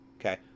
okay